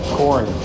corn